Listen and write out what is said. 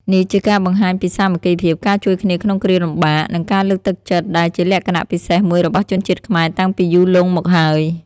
នេះជាការបង្ហាញពីសាមគ្គីភាព ការជួយគ្នាក្នុងគ្រាលំបាក និងការលើកទឹកចិត្តដែលជាលក្ខណៈពិសេសមួយរបស់ជនជាតិខ្មែរតាំងពីយូរលង់មកហើយ។